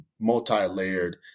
multi-layered